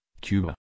Cuba